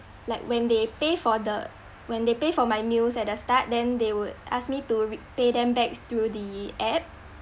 like when they pay for the when they pay for my meals at the start then they would ask me to repay them back through the app